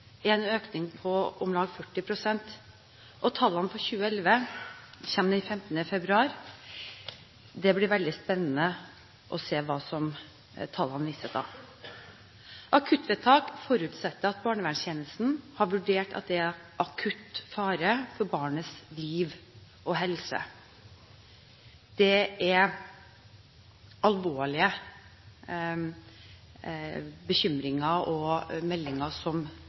en økning på om lag 40 pst. Tallene for 2011 kommer den 15. februar, og det blir veldig spennende å se hva tallene viser da. Akuttvedtak forutsetter at barnevernstjenesten har vurdert at det er akutt fare for barnets liv og helse. Det er alvorlige bekymringer og meldinger som